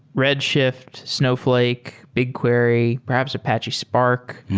red shift, snowfl ake, bigquery, perhaps apache spark.